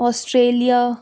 Australia